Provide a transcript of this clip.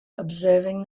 observing